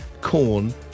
corn